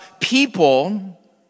people